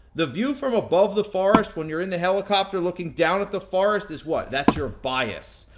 the view from above the forest when you're in the helicopter looking down at the forest is what? that's your bias.